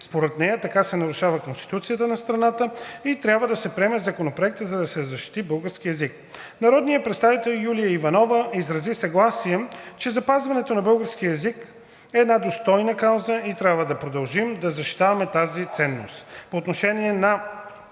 Според нея така се нарушава Конституцията на страната и трябва да се приеме Законопроектът, за да се защити българският език. Народният представител Юлия Иванова изрази съгласие, че запазването на българския език е една достойна кауза и трябва да продължим да защитаваме тази ценност. По отношение на